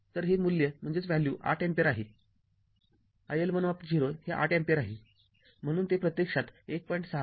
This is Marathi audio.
तर हे मूल्य ८ अँपिअर आहे iL१ हे ८ अँपिअर आहे म्हणून ते प्रत्यक्षात १